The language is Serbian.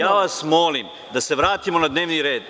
Ja vas molim da se vratimo na dnevni red.